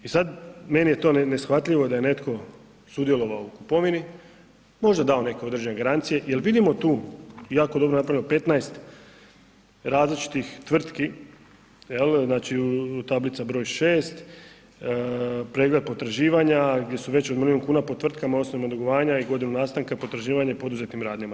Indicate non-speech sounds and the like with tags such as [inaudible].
I sad meni je to neshvatljivo da je netko sudjelovalo u kupovini, možda dao neke određene garancije jer vidimo tu jako dobro napravljeno, 15 različitih tvrtki, jel', znači tablica br. 6, pregled potraživanja gdje su veća od milijun kuna po tvrtkama ... [unintelligible] dugovanja i godinu nastanka potraživanja poduzetim radnjama.